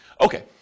Okay